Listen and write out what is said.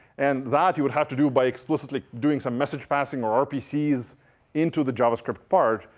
and that you would have to do by explicitly doing some message passing or rpcs into the javascript part.